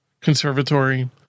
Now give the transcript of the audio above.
conservatory